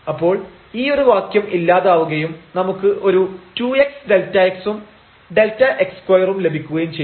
അപ്പോൾ ഈ ഒരു വാക്യം ഇല്ലാതാവുകയും നമുക്ക് ഒരു 2xΔx ഉം Δx2 ഉം ലഭിക്കുകയും ചെയ്യും